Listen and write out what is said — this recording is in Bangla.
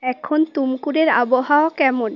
এখন তুমকুরের আবহাওয়া কেমন